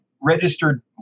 Registered